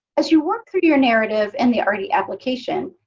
as you work through your narrative in the artie application,